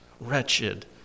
wretched